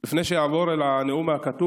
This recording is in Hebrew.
לפני שאעבור לנאום הכתוב